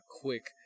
quick